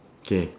K